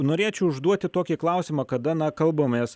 norėčiau užduoti tokį klausimą kada na kalbamės